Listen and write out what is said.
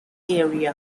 area